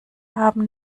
haben